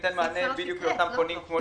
זה ייתן מענה לאותם קונים.